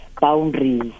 boundaries